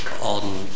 on